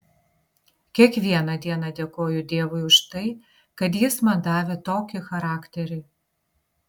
kiekvieną dieną dėkoju dievui už tai kad jis man davė tokį charakterį